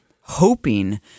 hoping